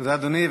תודה, אדוני.